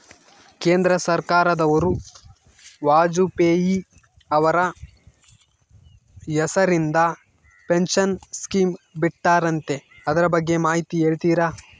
ಕೇಂದ್ರ ಸರ್ಕಾರದವರು ವಾಜಪೇಯಿ ಅವರ ಹೆಸರಿಂದ ಪೆನ್ಶನ್ ಸ್ಕೇಮ್ ಬಿಟ್ಟಾರಂತೆ ಅದರ ಬಗ್ಗೆ ಮಾಹಿತಿ ಹೇಳ್ತೇರಾ?